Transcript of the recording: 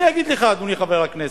אני אגיד לך, אדוני חבר הכנסת,